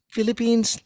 Philippines